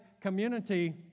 community